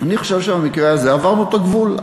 אני חושב שבמקרה הזה עברנו את הגבול,